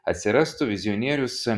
atsirastų vizionierius